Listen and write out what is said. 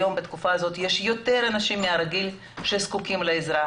בתקופה הזאת היום יש יותר אנשים שזקוקים לעזרה,